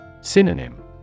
Synonym